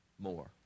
more